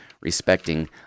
respecting